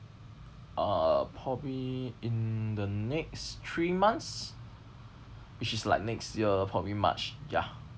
uh probably in the next three months which is like next year probably march ya